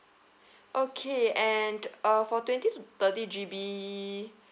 okay and uh for twenty to thirty G_B